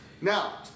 Now